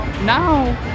now